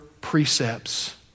precepts